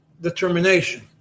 determination